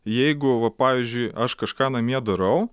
jeigu va pavyzdžiui aš kažką namie darau